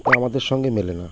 ওটা আমাদের সঙ্গে মেলে না